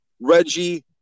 Reggie